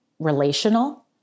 Relational